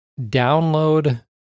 download